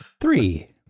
Three